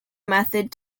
method